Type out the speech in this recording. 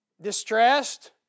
distressed